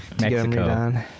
Mexico